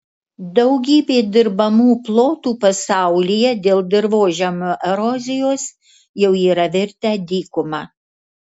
daugybė dirbamų plotų pasaulyje dėl dirvožemio erozijos jau yra virtę dykuma